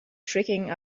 tricking